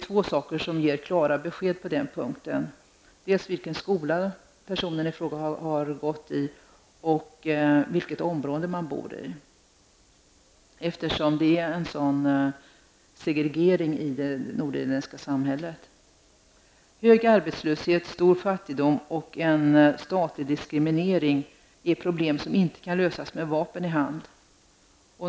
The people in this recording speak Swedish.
Två saker ger klara besked: vilken skola man har gått i och vilket område man bor i, eftersom det är en sådan stor segregering i den nordirländska samhället. Hög arbetslöshet, stor fattigdom och en statlig diskriminering är problem som inte kan lösas med vapen i hand.